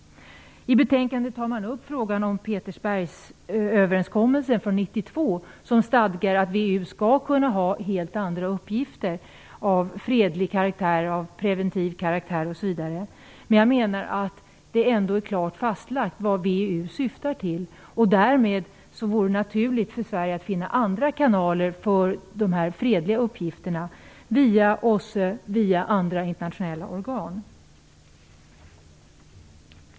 I betänkandet tar man upp frågan om Petersbergsöverenskommelsen från 1992, som stadgar att VEU skall kunna ha helt andra uppgifter - av fredlig karaktär, av preventiv karaktär osv. Men jag menar att det ändå är klart fastlagt vad VEU syftar till, och därmed vore det naturligt för Sverige att finna andra kanaler för fredliga uppgifter, t.ex. via OSSE och via andra internationella organ.